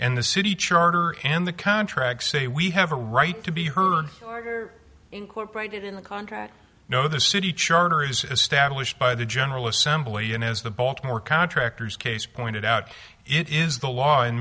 and the city charter and the contract say we have a right to be heard incorporated in the contract no the city charter is established by the general assembly and as the baltimore contractors case pointed out it is the law in